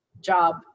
job